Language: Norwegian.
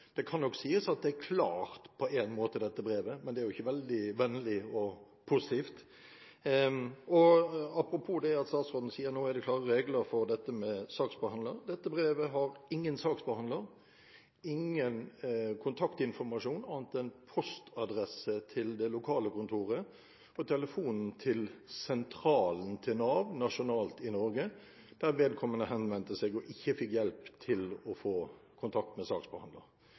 det kan nok sies at dette brevet på en måte er klart, men det er jo ikke veldig vennlig og positivt. Apropos det at statsråden sier at det nå er klare regler for dette med saksbehandler: Dette brevet har ingen saksbehandler, ingen kontaktinformasjon annet enn postadresse til det lokale kontoret og telefonnummer til sentralen til Nav nasjonalt i Norge, der vedkommende henvendte seg og ikke fikk hjelp til å få kontakt med